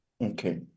Okay